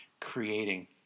creating